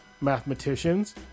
mathematicians